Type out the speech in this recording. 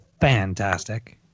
fantastic